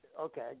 Okay